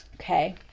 Okay